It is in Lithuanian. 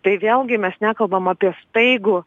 tai vėlgi mes nekalbam apie staigų